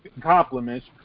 compliments